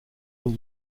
will